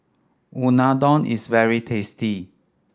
Unadon is very tasty